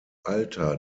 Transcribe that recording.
alter